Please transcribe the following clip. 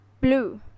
blue